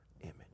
image